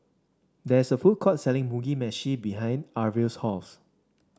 there is a food court selling Mugi Meshi behind Arvel's house